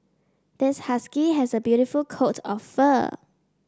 this husky has a beautiful coat of fur